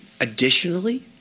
Additionally